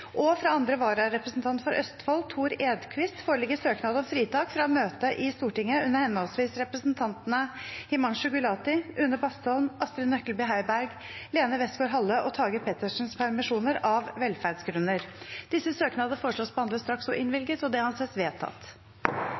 og fra andre vararepresentant for Østfold, Thor Edquist, foreligger søknad om fritak fra å møte i Stortinget under henholdsvis representantene Himanshu Gulati, Une Bastholm, Astrid Nøklebye Heiberg, Lene Westgaard-Halle og Tage Pettersens permisjoner, av velferdsgrunner. Etter forslag fra presidenten ble enstemmig besluttet: Søknadene behandles straks og